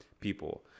people